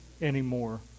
anymore